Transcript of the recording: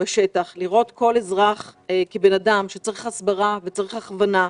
בשטח לראות כל אזרח כבן אדם שצריך הסברה וצריך הכוונה,